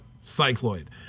Cycloid